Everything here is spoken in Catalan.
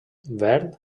verd